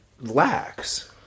lacks